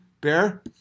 Bear